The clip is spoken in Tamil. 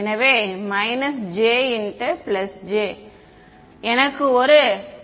எனவே × j எனக்கு ஒரு 1 கொடுக்கப் போகிறதா